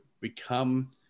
become